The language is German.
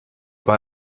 bei